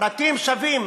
פרטים שווים,